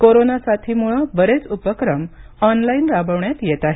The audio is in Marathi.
कोरोना साथीमुळे बरेच उपक्रम ऑनलाइन राबवण्यात येत आहेत